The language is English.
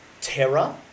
Terra